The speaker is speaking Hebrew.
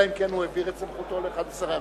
אלא אם כן הוא העביר את סמכותו לאחד משרי הממשלה.